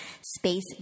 Space